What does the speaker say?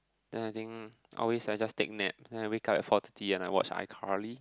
then I think always I just take nap then I wake up at four thirty and I watch iCarly